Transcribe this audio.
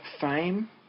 fame